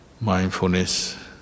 mindfulness